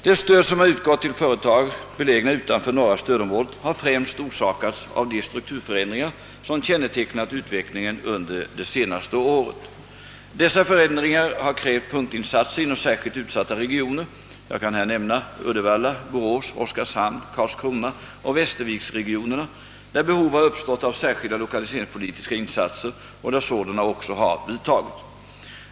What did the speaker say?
Det stöd som har utgått till företag belägna utanför norra stödområdet har främst orsakats av de strukturförändringar som kännetecknat utvecklingen under det senaste året. Dessa förändringar har krävt punktinsatser inom särskilt utsatta regioner. Jag kan här nämnda Uddevalla-, Borås-, Oskarshamns-, Karlskronaoch Västerviks-regionerna där behov har uppstått av särskilda lokaliseringspolitiska insatser och där sådana också har vidtagits.